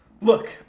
Look